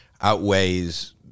outweighs